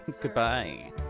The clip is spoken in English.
Goodbye